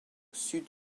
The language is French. sud